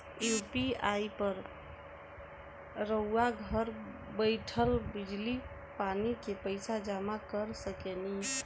UPI पर रउआ घर बईठल बिजली, पानी के पइसा जामा कर सकेनी